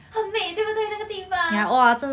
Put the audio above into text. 很美对不对那个地方